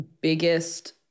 biggest